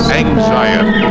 anxiety